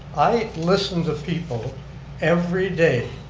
i listen to people everyday,